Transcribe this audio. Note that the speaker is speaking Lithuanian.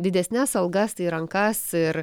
didesnes algas į rankas ir